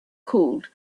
cooled